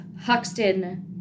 Huxton